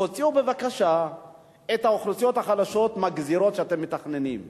תוציאו בבקשה את האוכלוסיות החלשות מהגזירות שאתם מתכננים.